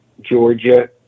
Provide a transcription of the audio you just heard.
Georgia